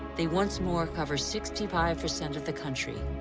they once more cover sixty five percent of the country.